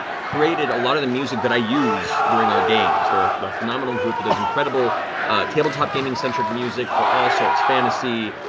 created a lot of the music that i use during our games. they're a phenomenal group that has incredible tabletop gaming-centric music for all sorts fantasy,